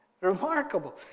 Remarkable